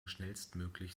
schnellstmöglich